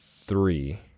three